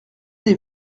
des